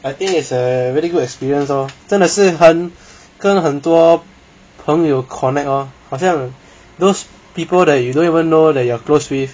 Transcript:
I think it's a very good experience lor 真的是很跟很多朋友 connect lor 好像 those people that you don't even know that you are close with